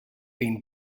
been